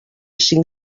cinc